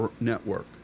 Network